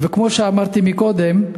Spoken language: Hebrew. וכמו שאמרתי קודם,